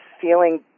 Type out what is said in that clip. feeling